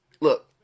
Look